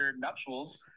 nuptials